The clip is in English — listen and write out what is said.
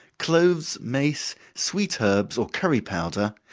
cloves, mace, sweet herbs or curry powder,